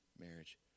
marriage